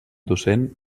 docent